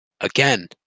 again